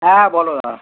হ্যাঁ বলো দাদা